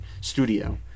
studio